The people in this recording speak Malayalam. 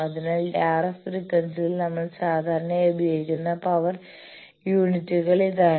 അതിനാൽ RF ഫ്രീക്വൻസിയിൽ നമ്മൾ സാധാരണയായി ഉപയോഗിക്കുന്ന പവർ യൂണിറ്റുകൾ ഇതാണ്